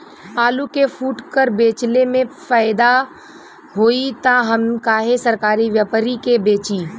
आलू के फूटकर बेंचले मे फैदा होई त हम काहे सरकारी व्यपरी के बेंचि?